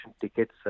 tickets